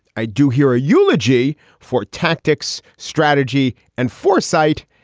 i do hear a eulogy for tactics, strategy and foresight,